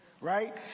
Right